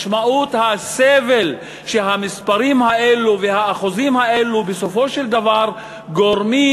משמעות הסבל שהמספרים האלה והאחוזים האלה בסופו של דבר גורמים,